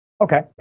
Okay